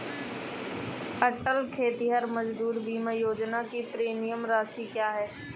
अटल खेतिहर मजदूर बीमा योजना की प्रीमियम राशि क्या है?